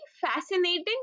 fascinating